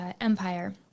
Empire